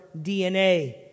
DNA